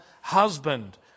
husband